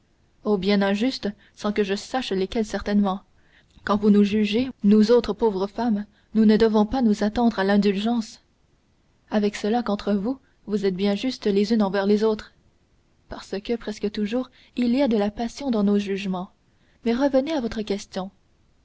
oh bien injustes sans que je sache lesquelles certainement quand vous nous jugez nous autres pauvres femmes nous ne devons pas nous attendre à l'indulgence avec cela qu'entre vous vous êtes bien justes les unes envers les autres parce que presque toujours il y a de la passion dans nos jugements mais revenez à votre question